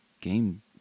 game